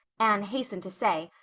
anne hastened to say,